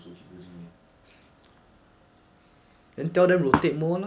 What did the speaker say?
zi quan message me like in the morning orh you know they slept until one o'clock end leh